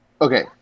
okay